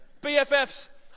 BFFs